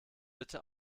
bitte